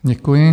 Děkuji.